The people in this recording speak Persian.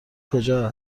کجا